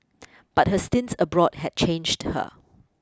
but her stints abroad had changed her